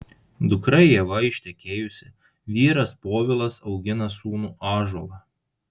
dukra ieva ištekėjusi vyras povilas augina sūnų ąžuolą